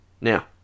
Now